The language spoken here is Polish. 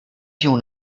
się